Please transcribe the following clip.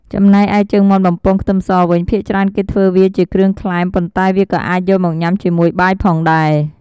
ចំណែកឯជើងមាន់បំពងខ្ទឹមសវិញ ភាគច្រើនគេធ្វើវាជាគ្រឿងក្លែម ប៉ុន្តែវាក៏អាចយកមកញ៉ាំជាមួយបាយផងដែរ។